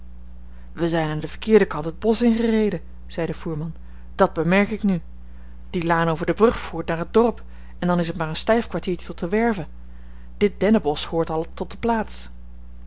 wij zijn aan den verkeerden kant het bosch ingereden zei de voerman dat bemerk ik nu die laan over de brug voert naar het dorp en dan is het maar een stijf kwartiertje tot de werve dit dennenbosch hoort al tot de plaats